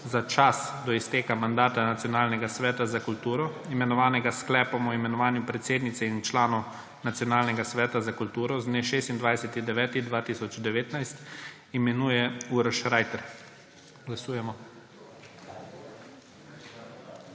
za čas do izteka mandata Nacionalnega sveta za kulturo, imenovanega s sklepom o imenovanju predsednice in članov Nacionalnega sveta za kulturo z dne 26. september 2019, imenuje Uroš Reiter. Glasujemo.